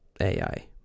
AI